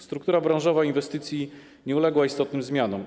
Struktura branżowa inwestycji nie uległa istotnym zmianom.